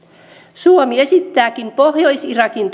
suomi esittääkin pohjois irakin